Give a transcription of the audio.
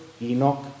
Enoch